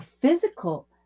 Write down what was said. physical